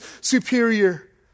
superior